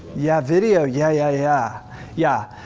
yeah video, yeah yeah yeah yeah.